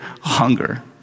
hunger